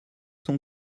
sont